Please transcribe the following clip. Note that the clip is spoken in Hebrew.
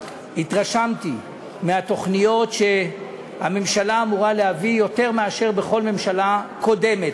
והתרשמתי מהתוכניות שהממשלה אמורה להביא יותר מאשר בכל ממשלה קודמת,